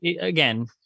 again